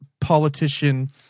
politician